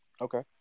Okay